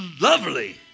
lovely